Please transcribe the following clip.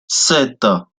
sept